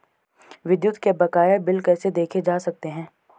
विद्युत के बकाया बिल कैसे देखे जा सकते हैं?